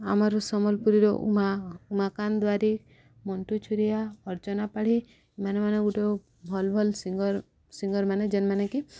ଆମର ସମ୍ବଲପୁରୀର ଉମା ଉମାକାନ୍ତ ଦ୍ୱାରୀ ମଣ୍ଟୁ ଛୁରିଆ ଅର୍ଚ୍ଚନା ପାାଢ଼ୀ ଏମାନେ ମାନେ ଗୋଟେ ଭଲ ଭଲ୍ ସିଙ୍ଗର ସିଙ୍ଗର ମାନେ ଯେନ୍ମାନେ କି